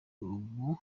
ubu